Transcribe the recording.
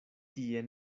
tie